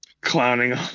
clowning